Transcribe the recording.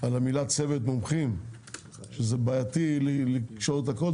על המילה צוות מומחים שזה בעייתי לקשור את הכל,